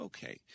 Okay